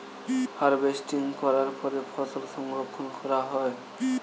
harvesting করার পরে ফসল সংরক্ষণ করা হয়